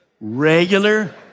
regular